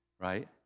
right